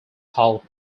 called